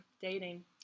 dating